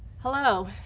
hello.